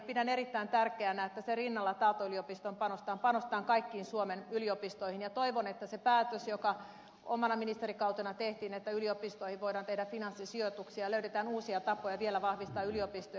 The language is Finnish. pidän erittäin tärkeänä että sen rinnalla että aalto yliopistoon panostetaan panostetaan kaikkiin suomen yliopistoihin ja toivon että sillä päätöksellä joka omana ministerikautenani tehtiin että yliopistoihin voidaan tehdä finanssisijoituksia löydetään uusia tapoja vielä vahvistaa yliopistoja